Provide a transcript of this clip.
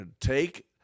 take